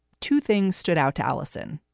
two things stood out to alison.